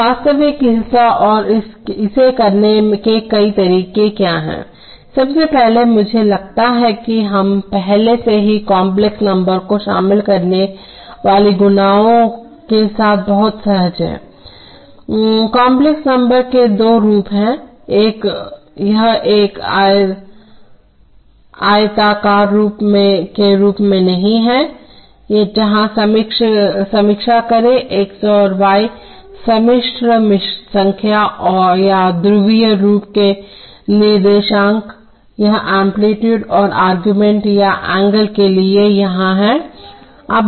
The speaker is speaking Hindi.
इसका वास्तविक हिस्सा और इसे करने के कई तरीके क्या हैं सबसे पहले मुझे लगता है कि हम पहले से ही काम्प्लेक्स नंबर्स को शामिल करने वाली गणनाओं के साथ बहुत सहज हैं काम्प्लेक्स नंबर्स के दो रूप हैं यह एक आयताकार रूप के रूप में नहीं है जहां समीक्षा करें x और y सम्मिश्र संख्या या ध्रुवीय रूप के निर्देशांक यह एम्पलीटूडे और आर्गुमेंट या एंगल के लिए यहाँ है